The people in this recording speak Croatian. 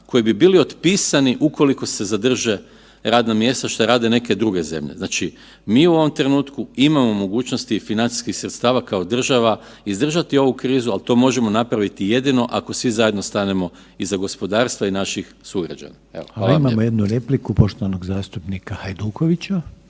koji bi bili otpisani ukoliko se zadrže radna mjesta, što rade neke druge zemlje. znači mi u ovom trenutku imamo mogućnosti i financijskih sredstava kao država izdržati ovu krizu, ali to možemo napraviti jedino ako svi zajedno stanemo iza gospodarstva i naših sugrađana. Evo, hvala vam lijepo. **Reiner, Željko